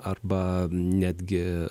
arba netgi